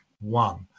One